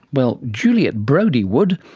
well, juliet brodie would.